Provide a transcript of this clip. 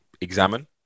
examine